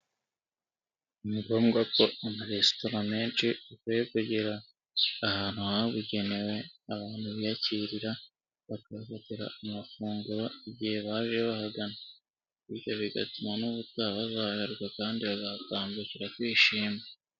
Ni ngombwa ko amaresitora menshi akwiye kugera ahantu habugenewe abantu biyakirira bakahafatira amafunguro igihe baje bahagana, bityo bigatuma n'ubuta bazagaruka kandi bagatambukira kwishima.